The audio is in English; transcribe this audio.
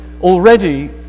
already